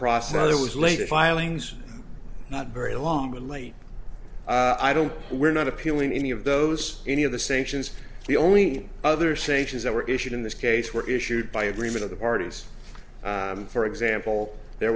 process that was later filings not very long and late i don't we're not appealing any of those any of the same sions the only other sanctions that were issued in this case were issued by agreement of the parties for example there